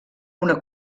una